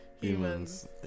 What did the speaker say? humans